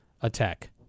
attack